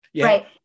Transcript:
Right